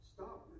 Stop